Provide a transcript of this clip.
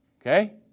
Okay